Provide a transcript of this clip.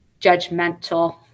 judgmental